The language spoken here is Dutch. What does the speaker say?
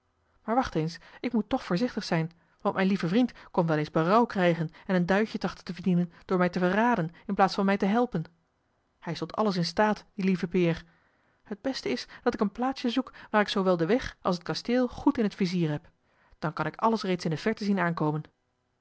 maar wacht eens ik moet toch voorzichtig zijn want mijne lieve vriend kon wel eens berouw krijgen en een duitje trachten te verdienen door mij te verraden in plaats van mij te helpen hij is tot alles in staat die lieve peer het beste is dat ik een plaatsje zoek waar ik zoowel den weg als het kasteel goed in het vizier heb dan kan ik alles reeds in de verre zien aankomen